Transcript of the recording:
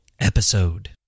episode